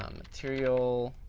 um material.